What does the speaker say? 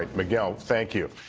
miguel, thank you.